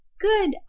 good